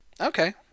okay